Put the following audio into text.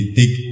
take